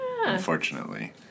Unfortunately